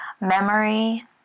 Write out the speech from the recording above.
memory